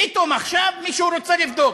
פתאום עכשיו מישהו רוצה לבדוק.